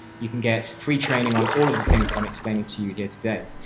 you can get free training on all of the things that i'm explaining to you here today,